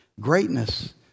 Greatness